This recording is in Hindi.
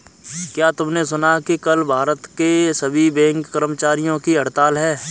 क्या तुमने सुना कि कल भारत के सभी बैंक कर्मचारियों की हड़ताल है?